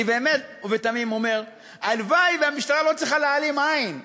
אני באמת ובתמים אומר: הלוואי שהמשטרה לא צריכה להעלים עין,